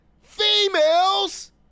Females